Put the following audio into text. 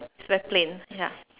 very plain yup